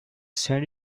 send